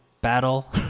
battle